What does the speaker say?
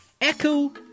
Echo